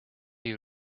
you